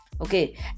okay